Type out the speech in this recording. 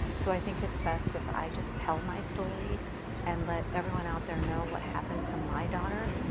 so i think it's best if i just tell my story and let everyone out there know what happened to my daughter.